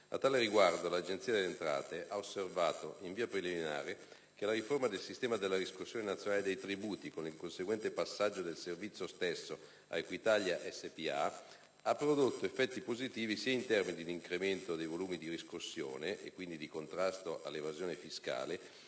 A tale riguardo, l'Agenzia delle entrate ha osservato, in via preliminare, che la riforma del sistema della riscossione nazionale dei tributi, con il conseguente passaggio del servizio stesso ad Equitalia spa, ha prodotto effetti positivi sia in termini di incremento dei volumi della riscossione e, quindi, di contrasto all'evasione fiscale,